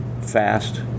fast